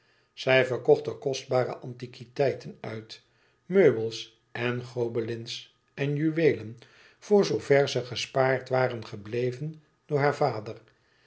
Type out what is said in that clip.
zij verkocht er kostbare antiquiteiten uit meubels en gobelins en juweelen voor zoover ze gespaard waren gebleven door haren vader